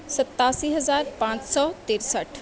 ستاسی ہزار پانچ سوترسٹھ